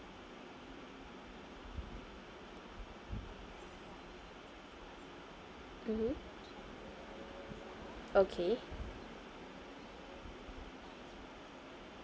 mmhmm okay